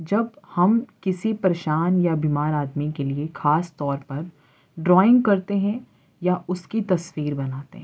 جب ہم کسی پریشان یا بیمار آدمی کے لیے خاص طور پر ڈرائنگ کرتے ہیں یا اس کی تصویر بناتے ہیں